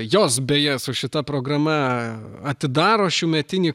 jos beje su šita programa atidaro šiųmetinį